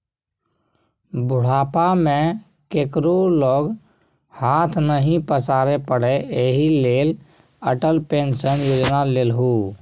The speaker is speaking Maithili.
बुढ़ापा मे केकरो लग हाथ नहि पसारै पड़य एहि लेल अटल पेंशन योजना लेलहु